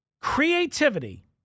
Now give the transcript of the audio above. Creativity